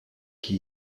qui